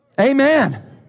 Amen